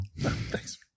Thanks